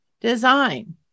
design